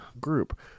group